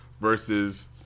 versus